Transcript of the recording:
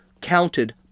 counted